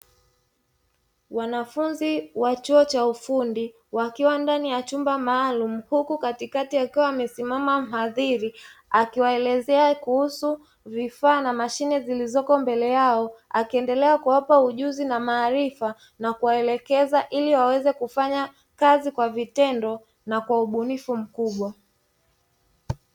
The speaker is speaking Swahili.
Wanafunzi wa chuo cha ufundi wakiwa ndani ya chumba maalum, huku katikati amesimama mhadhiri akiwaelezea kuhusu vifaa na mashine zilizoko mbele yao, akiendelea kuwapa ujuzi na maarifa na kuwaelekeza ili waweze kufanya kazi kwa vitendo na kwa ubunifu mkubwa.